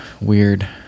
weird